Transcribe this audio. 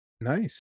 Nice